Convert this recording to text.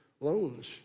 loans